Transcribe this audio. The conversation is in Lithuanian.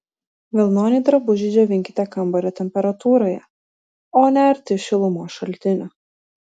vilnonį drabužį džiovinkite kambario temperatūroje o ne arti šilumos šaltinio